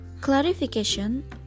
clarification